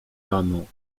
lamą